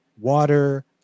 water